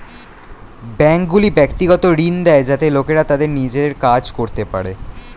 ব্যাঙ্কগুলি ব্যক্তিগত ঋণ দেয় যাতে লোকেরা তাদের নিজের কাজ করতে পারে